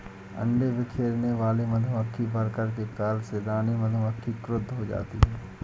अंडे बिखेरने वाले मधुमक्खी वर्कर के कार्य से रानी मधुमक्खी क्रुद्ध हो जाती है